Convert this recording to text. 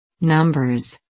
Numbers